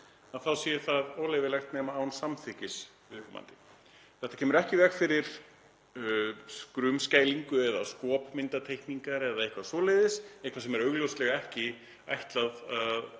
þá sé það óleyfilegt án samþykkis viðkomandi. Þetta kemur ekki í veg fyrir skrumskælingu eða skopmyndateikningar eða eitthvað svoleiðis, eitthvað sem er augljóslega ekki ætlað að